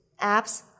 apps